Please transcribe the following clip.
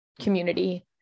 community